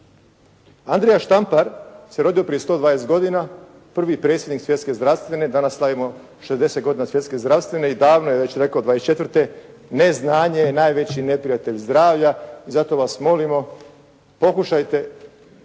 Andrija Štampar se rodio prije 120 godina, prvi predsjednik Svjetske zdravstvene, danas slavimo 60 godina Svjetske zdravstvene i davno je već rekao '24. neznanje je najveći neprijatelj zdravlja, zato vas molimo pokušajte